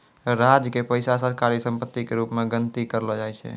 राज्य के पैसा सरकारी सम्पत्ति के रूप मे गनती करलो जाय छै